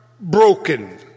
broken